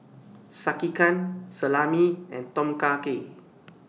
Sekihan Salami and Tom Kha Gei